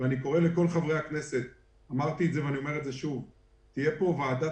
אני קורא לכל חברי הכנסת: תהיה פה ועדת